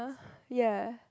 ya